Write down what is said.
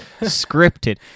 scripted